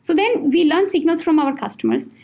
so then we learn signals from our customers.